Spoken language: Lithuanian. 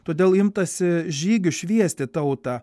todėl imtasi žygių šviesti tautą